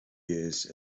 years